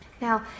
Now